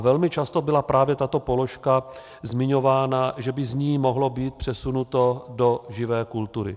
Velmi často byla právě tato položka zmiňována, že by z ní mohlo být přesunuto do živé kultury.